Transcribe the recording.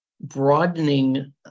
broadening